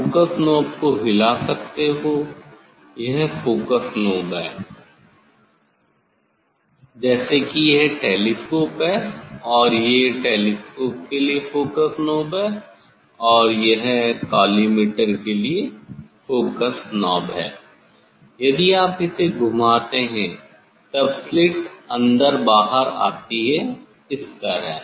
आप focus knob को हिला सकते हो यह फोकस नाब है जैसे कि यह टेलीस्कोप है और टेलीस्कोप के लिए यह फोकस नाब है यह कॉलीमेटर के लिए फोकस नाब है यदि आप इसे घुमाते हैं तब स्लिट अंदर बाहर आती है इस तरह